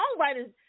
songwriters